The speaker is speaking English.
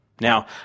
Now